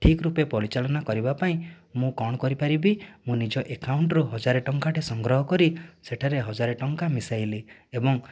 ଠିକ୍ ରୂପେ ପରିଚାଳନା କରିବା ପାଇଁ ମୁଁ କ'ଣ କରିପାରିବି ମୁଁ ନିଜ ଏକାଉଣ୍ଟରୁ ହଜାରେ ଟଙ୍କାଟେ ସଂଗ୍ରହ କରି ସେଠାରେ ହଜାରେ ଟଙ୍କା ମିଶାଇଲି ଏବଂ